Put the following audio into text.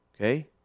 Okay